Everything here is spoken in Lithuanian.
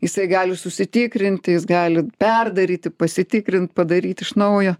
jisai gali susitikrinti jis gali perdaryti pasitikrint padaryt iš naujo